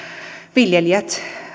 viljelijät